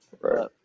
Right